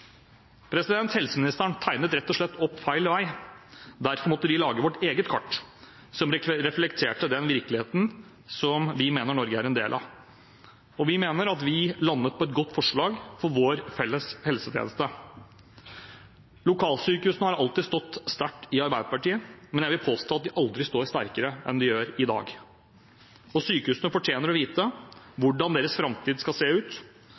Helseministeren tegnet rett og slett opp feil vei. Derfor måtte vi lage vårt eget kart som reflekterer den virkeligheten som vi mener Norge er en del av. Vi mener at vi landet på et godt forslag for vår felles helsetjeneste. Lokalsykehusene har alltid stått sterkt i Arbeiderpartiet, men jeg vil påstå at de aldri har stått sterkere enn de gjør i dag. Sykehusene fortjener å vite hvordan deres framtid skal se ut.